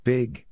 Big